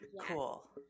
Cool